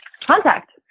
contact